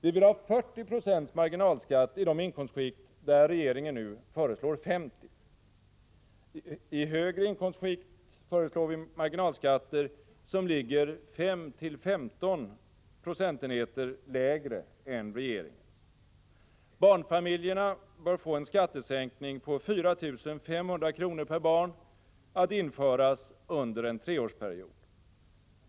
Vi vill ha 40 96 marginalskatt i de inkomstskikt där regeringen nu föreslår 50. I högre inkomstskikt föreslår vi marginalskatter som ligger 5-15 procentenheter lägre än regeringens. Barnfamiljerna bör få en skattesänkning på 4 500 kr. per barn att införas under en treårsperiod.